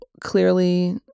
clearly